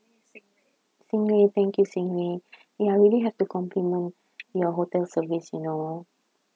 xing rei thank you xing rei ya I really have to compliment your hotel service you know